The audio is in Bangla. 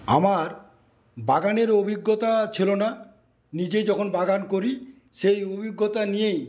আমার বাগানের অভিজ্ঞতা ছিল না নিজে যখন বাগান করি সেই অভিজ্ঞতা নিয়েই